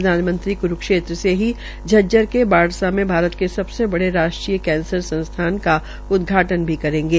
प्रधानमंत्री क्रूक्षेत्र से ही झज्जर के बाढ़सा में भारत के सबसे बड़ी राष्ट्रीय कैंसर संस्थान का उदघाटन् भी करेंगे